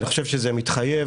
אני חושב שזה מתחייב